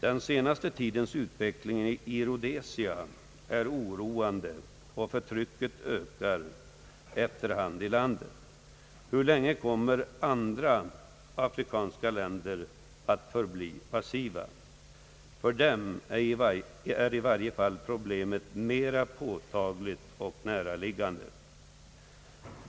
Den senaste tidens utveckling i Rhodesia oroar, förtrycket i detta land ökar efter hand. Hur länge kommer andra afrikanska länder att förbli passiva? För dem är i varje fall problemet mer påtagligt och näraliggande.